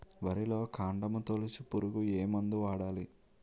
వరిలో కాండము తొలిచే పురుగుకు ఏ మందు వాడాలి?